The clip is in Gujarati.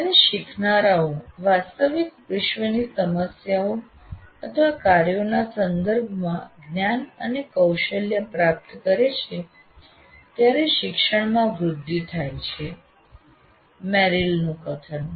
જ્યારે શીખનારાઓ વાસ્તવિક વિશ્વની સમસ્યાઓ અથવા કાર્યોના સંદર્ભમાં જ્ઞાન અને કૌશલ્ય પ્રાપ્ત કરે છે ત્યારે શિક્ષણમાં વૃદ્ધિ થાય છે મેરિલનું કથન